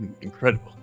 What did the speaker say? Incredible